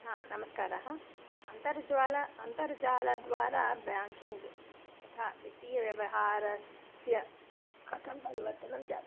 नमस्कारः अन्तर्जालम् अन्तर्जालद्वारा बेङ्किङ्ग् तथा वित्तीयव्यवहारस्य कथं परिवर्तनं जातम्